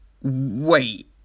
wait